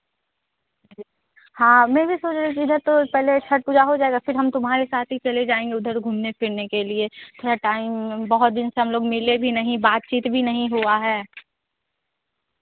हाँ मैं भी सोच रही थी इधर तो पेहले छठ पूजा हो जाएगा फिर हम तुम्हारे साथ ही चले जाएँगे उधर घूमने फिरने के लिए थोड़ा टाइम बहुत दिन से हम लोग मिले भी नहीं बात चीत भी नहीं हुआ